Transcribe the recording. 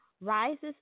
rises